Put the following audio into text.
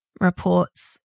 reports